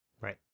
Right